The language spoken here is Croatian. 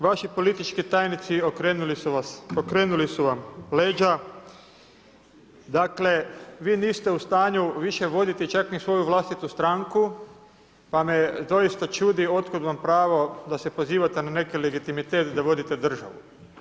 Vaši politički tajnici okrenuli su vam leđa, dakle vi niste u stanju više voditi čak ni svoju vlastitu stranku pa me doista čudi od kud vam pravo da se pozivate na neki legitimitet da vodite državu?